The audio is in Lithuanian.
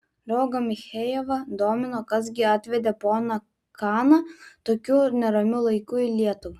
draugą michejevą domino kas gi atvedė poną kaną tokiu neramiu laiku į lietuvą